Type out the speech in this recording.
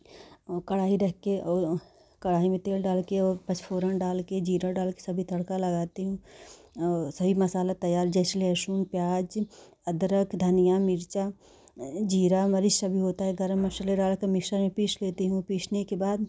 कढ़ाई रखकर और कढ़ाई में तेल डालकर और बस फोरन डालकर ज़ीरा डालकर सभी तड़का लगाती हूँ और सभी मसाला तैयार जैसे लहसुन प्याज़ अदरक धनिया मिर्चा ज़ीरा सभी होता हैं गरम मसाला सभी का मिश्रण पीस लेती हूँ और पीसने के बाद